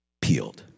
peeled